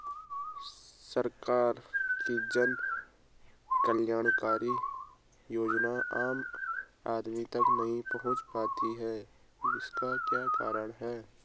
सरकार की जन कल्याणकारी योजनाएँ आम आदमी तक नहीं पहुंच पाती हैं इसका क्या कारण है?